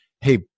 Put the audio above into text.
Hey